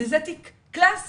וזה תיק קלאסי.